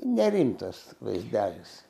nerimtas vaizdelis